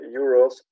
euros